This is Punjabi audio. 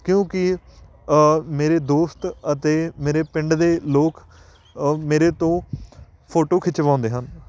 ਕਿਉਂਕਿ ਮੇਰੇ ਦੋਸਤ ਅਤੇ ਮੇਰੇ ਪਿੰਡ ਦੇ ਲੋਕ ਮੇਰੇ ਤੋਂ ਫੋਟੋ ਖਿਚਵਾਉਂਦੇ ਹਨ